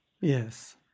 Yes